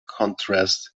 contrast